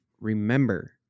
remember